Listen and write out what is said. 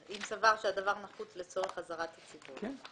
"אם סבר שהדבר נחוץ לצורך אזהרת הציבור".